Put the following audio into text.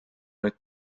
nüüd